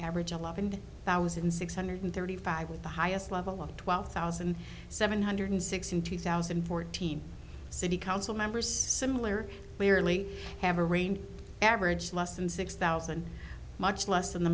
average eleven thousand six hundred thirty five with the highest level of twelve thousand seven hundred six in two thousand and fourteen city council members similar clearly have a range average less than six thousand much less than the